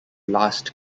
last